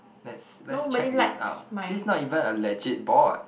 let's let's check this out this not even a legit board